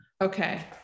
okay